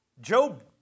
Job